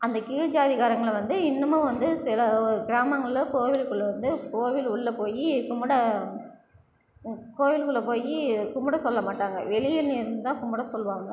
அந்த கீழ் ஜாதி காரங்கள் வந்து இன்னுமும் வந்து சில கிராமங்களில் கோவிலுக்குள்ளே வந்து கோவில் உள்ள போய் கும்பிட கோவிலுக்குள்ளே போய் கும்பிட சொல்ல மாட்டாங்கள் வெளியில் இருந்து தான் கும்பிட சொல்வாங்கள்